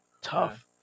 Tough